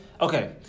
okay